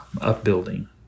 upbuilding